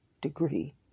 degree